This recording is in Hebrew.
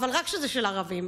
אבל רק כשזה של ערבים,